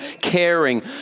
caring